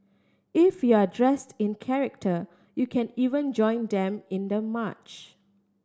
if you're dressed in character you can even join them in the march